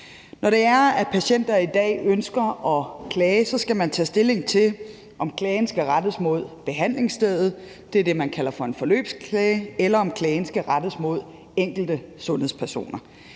Når patienter i dag ønsker at klage, skal de tage stilling til, om klagen skal rettes mod behandlingsstedet – det er det, man kalder for en forløbsklage – eller om klagen skal rettes mod enkelte sundhedspersoner.